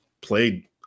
played